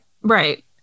Right